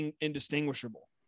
indistinguishable